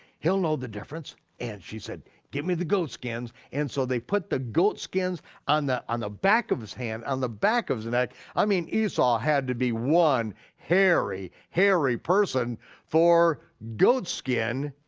he'll know the difference, and she said get me the goat skins, and so they put the goat skins on the on the back of his hands, on the back of his neck, i mean esau had to be one hairy, hairy person person for goat skin